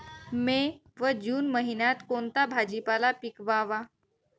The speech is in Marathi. मे व जून महिन्यात कोणता भाजीपाला पिकवावा?